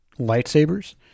lightsabers